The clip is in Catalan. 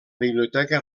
biblioteca